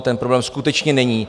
Ten problém skutečně není.